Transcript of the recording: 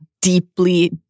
Deeply